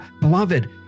beloved